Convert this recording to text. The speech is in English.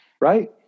Right